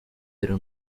pero